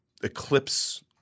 eclipse